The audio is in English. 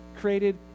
created